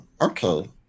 Okay